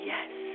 Yes